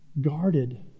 guarded